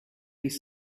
his